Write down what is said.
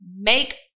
make